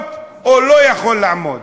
הלוואות או לא יכול לעמוד.